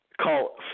call